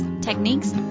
techniques